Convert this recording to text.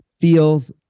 feels